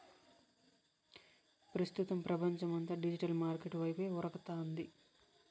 ప్రస్తుతం పపంచమంతా digital market వైపే ఉరకతాంది